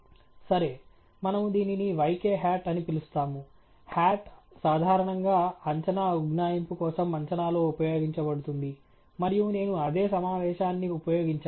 సరే మనము దీనిని yk hat అని పిలుస్తాము హ్యాట్ సాధారణంగా అంచనా ఉజ్జాయింపు కోసం అంచనాలో ఉపయోగించబడుతుంది మరియు నేను అదే సమావేశాన్ని ఉపయోగించాను